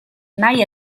nahi